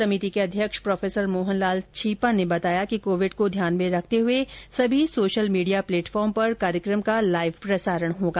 समिति के अध्यक्ष प्रो मोहन लाल छीपा ने बताया कि कोविड को ध्यान में रखते हुए सभी सोशल मीडिया प्लेटफार्म पर कार्यक्रम का लाइव प्रसारण होगा